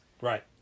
Right